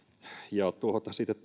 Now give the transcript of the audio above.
ja kun sitten